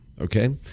Okay